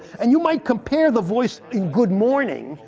and you might compare the voice in good morning,